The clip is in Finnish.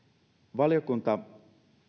valiokunta